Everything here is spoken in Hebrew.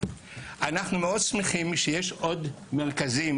אנחנו מאוד שמחים שיש עוד מרכזים